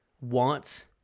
wants